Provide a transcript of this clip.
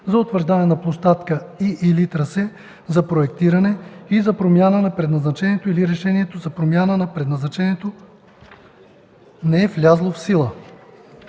за утвърждаване на площадка и/или трасе за проектиране и за промяна на предназначението, или решението за промяна на предназначението не е влязло в сила.